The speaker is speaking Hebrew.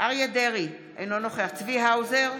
אריה מכלוף דרעי, אינו נוכח צבי האוזר,